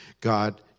God